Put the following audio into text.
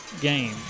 game